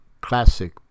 classic